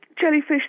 Jellyfish